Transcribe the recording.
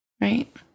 Right